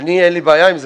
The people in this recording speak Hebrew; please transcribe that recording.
לי אין בעיה עם זה,